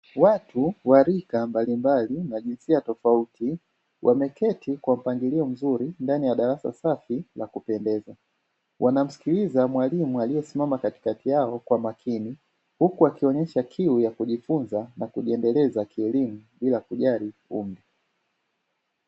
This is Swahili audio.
Watu warika mbali mbali na jinsia tofauti wameketi kwa mpangilio mzuri ndani ya darasa safi la kupendeza. Wanamsikiliza mwalimu aliesimama katikati yao kwa makini huku wakionyesha kiu ya kujifunza na kujiendeleza kielimu bila kujari umri.